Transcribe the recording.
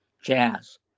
jazz